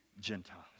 Gentiles